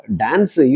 dance